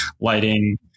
lighting